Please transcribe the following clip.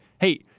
hey